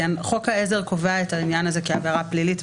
חוק העזר קובע את העניין הזה כעבירה פלילית,